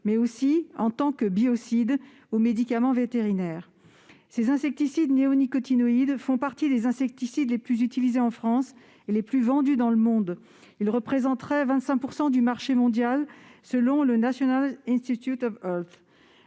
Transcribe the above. mais aussi en tant que biocides ou médicaments vétérinaires. Les néonicotinoïdes font partie des insecticides les plus utilisés en France et les plus vendus dans le monde : ils représenteraient 25 % du marché mondial selon le. L'Anses évalue